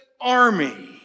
army